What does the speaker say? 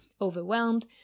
overwhelmed